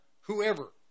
whoever